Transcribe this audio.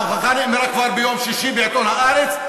ההוכחה נאמרה כבר ביום שישי בעיתון "הארץ",